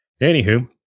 Anywho